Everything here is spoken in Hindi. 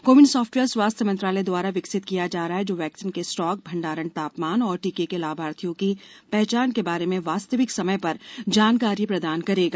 को विन सॉप्टवेयर स्वास्थ्य मंत्रालय द्वारा विकसित किया जा रहा है जो वैक्सीन के स्टॉक भंडारण तापमान और टीके के लाभार्थियों की पहचान के बारे में वास्तविक समय पर जानकारी प्रदान करेगा